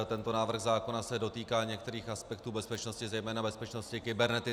Tento návrh zákona se dotýká některých aspektů bezpečnosti, zejména bezpečnosti kybernetické.